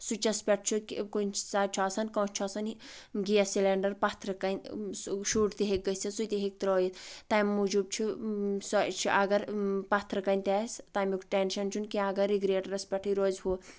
سُچَس پؠٹھ چھُ کُنہِ ساتہٕ چھُ آسان کٲنٛسہِ چھُ آسان گیس سِلینڈَر پَتھرٕ کَنۍ شُر تہِ ہیٚکہِ گٔژھِتھ سُہ تہِ ہیٚکہِ ترٲیِتھ تیٚمہِ موٗجوٗب چھُ سۄ چھِ اگر پَتھرٕ کَنہِ تہِ آسہِ تَمیُک ٹؠنشَن چھُ نہٕ کینٛہہ اگر رِگریٹرس پؠٹھٕے روزِ ہُہ